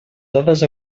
dades